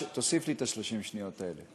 תוסיף לי את 30 השניות האלה.